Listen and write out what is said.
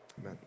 Amen